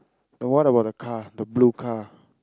then what about the car the blue car